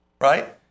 Right